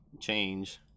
change